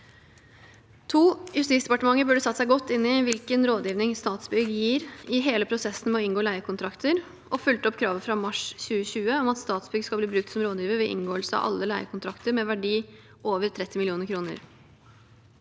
2. Justisdepartementet burde satt seg godt inn i hvilken rådgivning Statsbygg gir i hele prosessen med å inngå leiekontrakter, og fulgt opp kravet fra mars 2020 om at Statsbygg skal bli brukt som rådgiver ved inngåelse av alle leiekontrakter med verdi over 30 mill. kr.